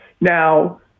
Now